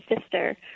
sister